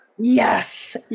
Yes